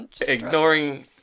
Ignoring